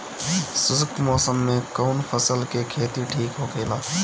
शुष्क मौसम में कउन फसल के खेती ठीक होखेला?